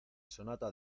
sonata